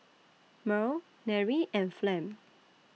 Merl Nery and Flem